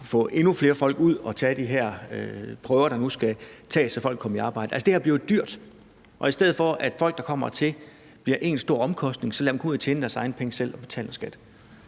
få endnu flere folk ud og tage de her prøver, der nu skal tages, så folk kommer i arbejde. Altså, det her bliver jo dyrt, og i stedet for at folk, der kommer hertil, bliver en stor omkostning, så lad dem gå ud og tjene deres egne penge selv og betale noget skat.